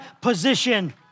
position